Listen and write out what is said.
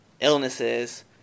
illnesses